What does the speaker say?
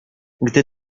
gdy